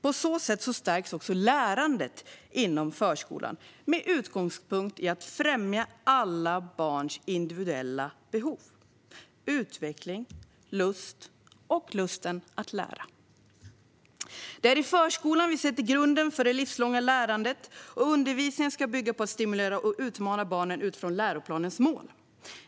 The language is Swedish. På så sätt stärks också lärandet inom förskolan med utgångspunkt i att främja alla barns individuella behov, utveckling och lusten att lära. Det är i förskolan vi sätter grunden för det livslånga lärandet, och undervisningen ska bygga på att stimulera och utmana barnen utifrån läroplanens mål.